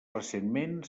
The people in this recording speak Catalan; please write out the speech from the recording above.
recentment